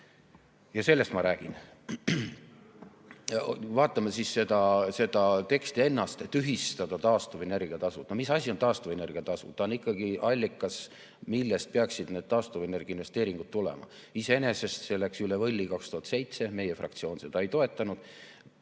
Sellest ma räägin. Vaatame seda teksti ennast: tühistada taastuvenergia tasu. Mis asi on taastuvenergia tasu? Ta on ikkagi allikas, millest peaksid need taastuvenergiainvesteeringud tulema. Iseenesest läks see üle võlli 2007, meie fraktsioon seda ei toetanud.